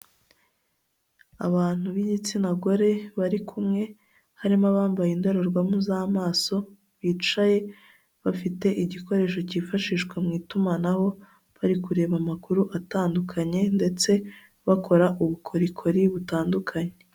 Abantu b'igitsina gore bari kumwe, harimo abambaye indorerwamo z'amaso bicaye bafite igikoresho cyifashishwa mu itumanaho, bari kureba amakuru atandukanye ndetse bakora ubukorikori butandukanye.